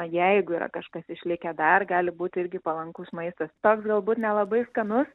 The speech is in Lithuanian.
jeigu yra kažkas išlikę dar gali būti irgi palankus maistas toks galbūt nelabai skanus